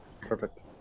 perfect